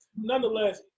nonetheless